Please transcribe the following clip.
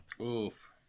Oof